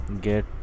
get